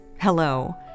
hello